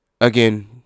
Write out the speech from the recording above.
Again